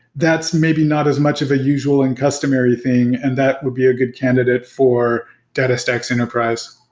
that's maybe not as much of a usual and customary thing and that would be a good candidate for datastax enterprise.